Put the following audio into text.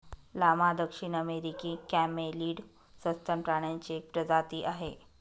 llama दक्षिण अमेरिकी camelid सस्तन प्राण्यांची एक प्रजाती आहे